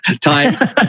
time